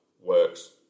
works